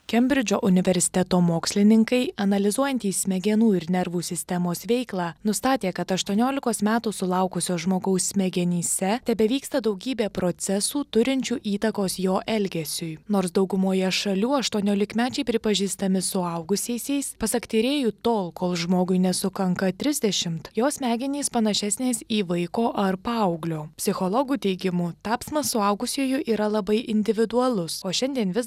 kembridžo universiteto mokslininkai analizuojantys smegenų ir nervų sistemos veiklą nustatė kad aštuoniolikos metų sulaukusio žmogaus smegenyse tebevyksta daugybė procesų turinčių įtakos jo elgesiui nors daugumoje šalių aštuoniolikmečiai pripažįstami suaugusiaisiais pasak tyrėjų tol kol žmogui nesukanka trisdešimt jo smegenys panašesnės į vaiko ar paauglio psichologų teigimu tapsmas suaugusiuoju yra labai individualus o šiandien vis